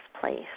place